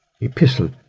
epistle